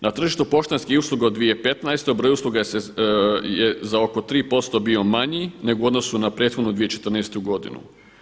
Na tržištu poštanskih usluga u 2015. broj usluga je za oko 3% bio manji nego u odnosu na prethodnu 2014. godinu.